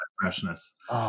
freshness